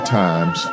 times